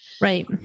Right